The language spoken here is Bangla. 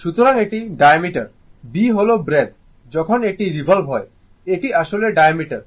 সুতরাং এটি ডায়ামিটার b হল ব্রেডথ যখন এটি রিভলভিং হয় এটি আসলে ডায়ামিটার